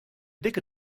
dikke